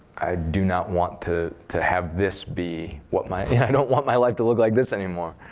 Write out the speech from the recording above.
do not want to to have this be what my i don't want my life to look like this anymore.